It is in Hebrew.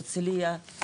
הרצליה,